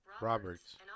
Roberts